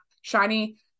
shiny